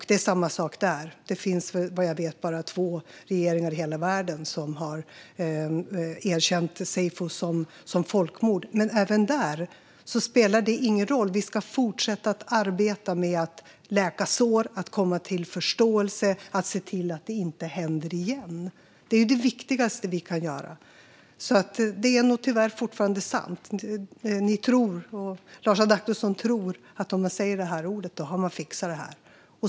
Det är samma sak där; det finns vad jag vet bara två regeringar i hela världen som har erkänt seyfo som folkmord. Men inte heller där spelar det någon roll. Vi ska fortsätta att arbeta med att läka sår, komma till förståelse och se till att det inte händer igen. Det är det viktigaste vi kan göra. Det är nog tyvärr fortfarande sant att Lars Adaktusson tror att om man säger det ordet har man fixat det.